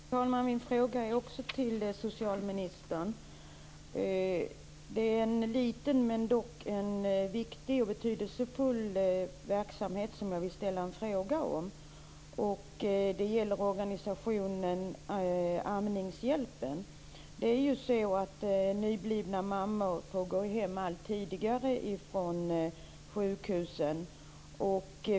Fru talman! Min fråga är också till socialministern. Det är en liten men dock viktig och betydelsefull verksamhet som jag vill ställa en fråga om. Det gäller organisationen Amningshjälpen. Nyblivna mammor får gå hem allt tidigare från sjukhusen.